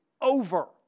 over